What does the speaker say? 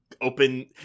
open